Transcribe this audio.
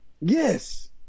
Yes